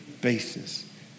basis